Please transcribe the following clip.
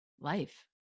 life